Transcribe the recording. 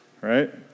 right